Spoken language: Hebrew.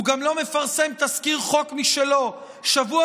הוא גם לא מפרסם תזכיר חוק משלו שבוע